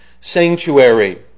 sanctuary